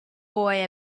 boy